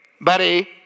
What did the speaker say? buddy